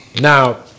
Now